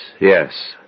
yes